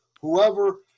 whoever